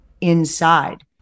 inside